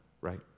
right